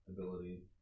ability